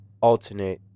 alternate